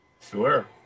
Sure